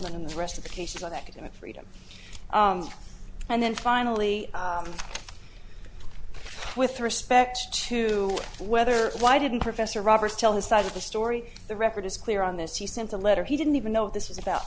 and the rest of the cases of academic freedom and then finally with respect to whether why didn't professor roberts tell his side of the story the record is clear on this you sent a letter he didn't even know this was about